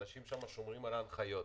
אנשים שומרים על ההנחיות,